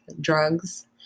drugs